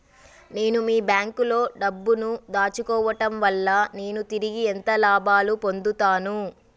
నేను మీ బ్యాంకులో డబ్బు ను దాచుకోవటం వల్ల నేను తిరిగి ఎంత లాభాలు పొందుతాను?